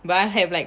but I have like